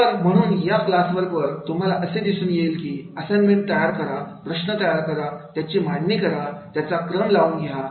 तर म्हणून या क्लासवर्क वर तुम्हाला असे दिसून येईल की असाइन्मेंट तयार करा प्रश्न तयार करा त्यांची मांडणी करा त्यांचा क्रम लावून घ्या